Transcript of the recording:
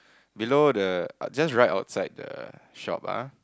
below the that's right upside the shop ah